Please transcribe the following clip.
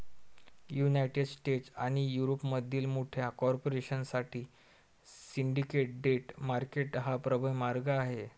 United States आणि युरोपमधील मोठ्या कॉर्पोरेशन साठी सिंडिकेट डेट मार्केट हा प्रबळ मार्ग आहे